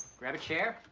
grab a chair.